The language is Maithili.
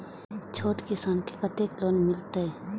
छोट किसान के कतेक लोन मिलते?